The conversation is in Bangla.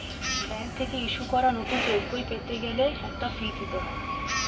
ব্যাংক থেকে ইস্যু করা নতুন চেকবই পেতে গেলে একটা ফি দিতে হয়